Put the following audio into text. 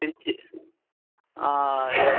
திருச்சி ஆ எஸ்